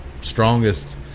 strongest